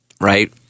Right